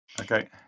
Okay